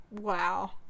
Wow